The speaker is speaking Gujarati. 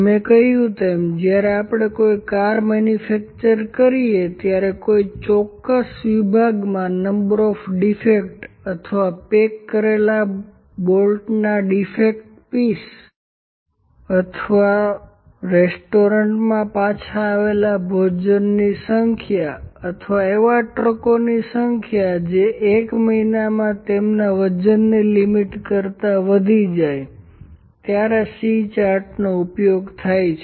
મેં કહ્યું તેમ જ્યારે આપણે કોઈ કાર મેન્યુફેક્ચર કરીએ ત્યારે કોઈ ચોક્કસ વિભાગમાં નંબર ઓફ ડીફેક્ટ અથવા પેક કરેલા બોટલોના ડીફેક્ટિવ પીસ અથવા રેસ્ટોરન્ટમાં પાછા આવેલા ભોજનની સંખ્યા અથવા એવા ટ્રકોની સંખ્યા કે જે એક મહિનામાં તેમના વજનની લિમિટ કરતા વધી જાય ત્યારે C ચાર્ટ્સનો ઉપયોગ થાય છે